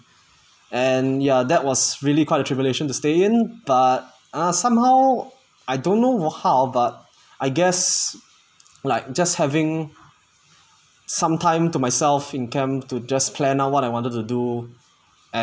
and ya that was really quite a tribulation to stay in but ah somehow I don't know how but I guess like just having some time to myself in camp to just plan out what I wanted to do and